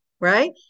right